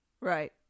Right